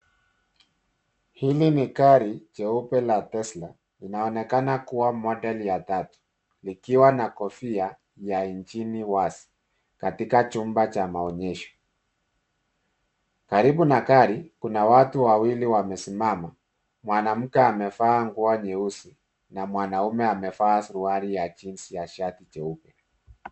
Hili ni gari jeupe la Tesla linaonekana kuwa model ya tatu. Likiwa na kofia ya engini wazi, katika chumba cha maonyesho. Karibu na gari kuna watu wawili wamesimama, mwanamke amevaa nguo nyeusi na mwanaume amevaa suruali ya jinzi na shati jeupe.